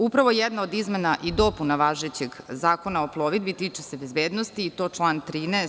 Upravo jedna od izmena i dopuna važećeg Zakona o plovidbi tiče se bezbednosti i to član 13.